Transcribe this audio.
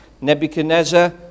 Nebuchadnezzar